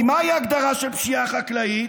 כי מהי ההגדרה של פשיעה חקלאית?